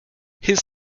his